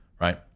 Right